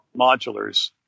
modulars